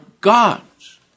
God's